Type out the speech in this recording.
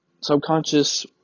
subconscious